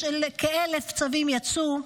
וכשכ-1,000 צווים יצאו,